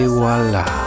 voila